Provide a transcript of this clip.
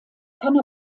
kann